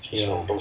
ya